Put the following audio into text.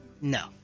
No